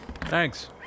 Thanks